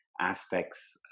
aspects